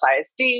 ISD